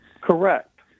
Correct